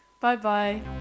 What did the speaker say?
Bye-bye